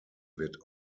wird